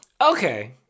Okay